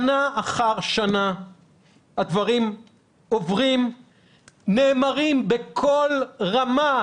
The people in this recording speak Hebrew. שנה אחר שנה הדברים עוברים ונאמרים בקול רמה,